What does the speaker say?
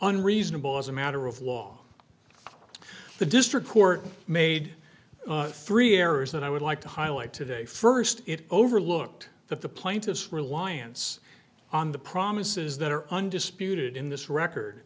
unreasonable as a matter of law the district court made three errors and i would like to highlight today first it overlooked that the plaintiff's reliance on the promises that are undisputed in this record